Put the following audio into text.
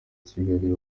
kigali